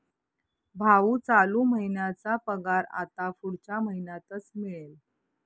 भाऊ, चालू महिन्याचा पगार आता पुढच्या महिन्यातच मिळेल